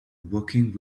working